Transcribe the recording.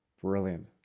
Brilliant